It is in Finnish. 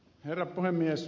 herra puhemies